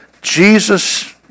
Jesus